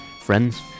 friends